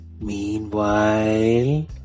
Meanwhile